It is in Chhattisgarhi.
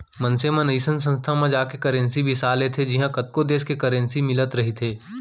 मनसे मन अइसन संस्था म जाके करेंसी बिसा लेथे जिहॉं कतको देस के करेंसी मिलत रहिथे